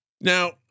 now